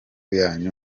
yanyu